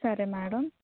సరే మేడం